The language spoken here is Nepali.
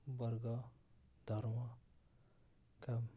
वर्ग धर्मका